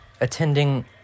attending